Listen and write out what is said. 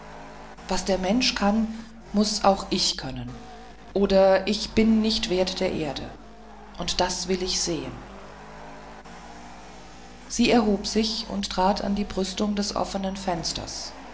was der mensch kann muß auch ich können oder ich bin nicht wert der erde und das will ich sehen sie erhob sich und trat an die brüstung des offenen fensters